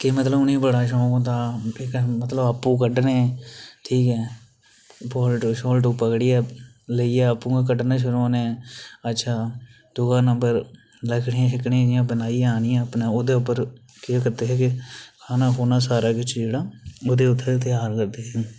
के मतलब उनेंगी बड़ा शौक होंदा हा मतलब आपूं कड्ढने ठीक ऐ बोलडू पकड़ियै लेइयै आपूं गै कड्ढने शुरू होने अच्छा दूआ नंबर लकड़ियां बनाइयै आह्ननियां ओह्दे उप्पर केह् करदे हे के खाना सारा जेह्का ओह्दे उत्थें आ करदे हे